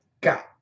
got